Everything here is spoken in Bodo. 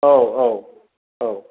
औ औ औ